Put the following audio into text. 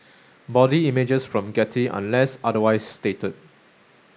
body images from Getty unless otherwise stated